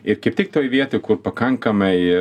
ir kaip tik toj vietoj kur pakankamai